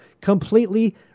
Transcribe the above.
completely